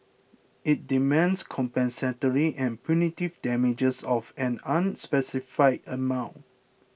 it demands compensatory and punitive damages of an unspecified amount